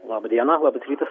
laba diena labas rytas